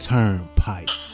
Turnpike